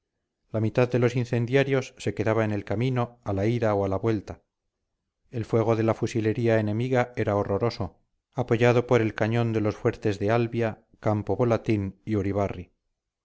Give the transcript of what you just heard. la mitad de los incendiarios se quedaba en el camino a la ida o a la vuelta el fuego de la fusilería enemiga era horroroso apoyado por el cañón de los fuertes de albia campo volantín y uribarri